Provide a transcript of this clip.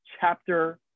Chapter